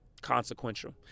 consequential